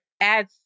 add